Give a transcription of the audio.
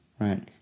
Right